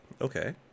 okay